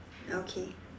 okay